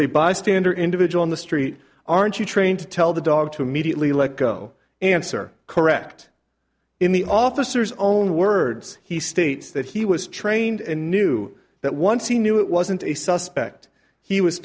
a bystander individual on the street aren't you trained to tell the dog to immediately let go answer correct in the officers own words he states that he was trained and knew that once he knew it wasn't a suspect he was